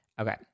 Okay